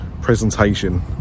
presentation